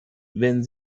wenn